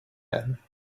ein